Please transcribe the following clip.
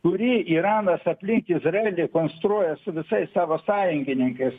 kurį iranas aplink izraelį konstruoja su visais savo sąjungininkais